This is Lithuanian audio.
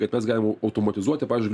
kad mes galime automatizuoti pavyzdžiui